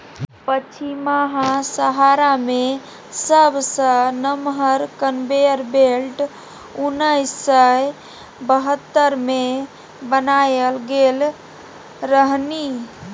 पछिमाहा सहारा मे सबसँ नमहर कन्वेयर बेल्ट उन्नैस सय बहत्तर मे बनाएल गेल रहनि